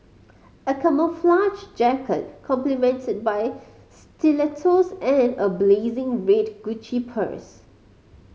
a camouflage jacket complemented by stilettos and a blazing red Gucci purse